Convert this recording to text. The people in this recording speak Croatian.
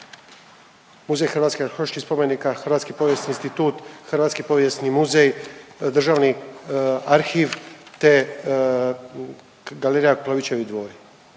Muzej hrvatskih arheoloških spomenika, Hrvatski povijesni institut, Hrvatski povijesni muzej, Državni arhiv te Galerija Klovićevi dvori.